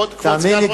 תאמין לי,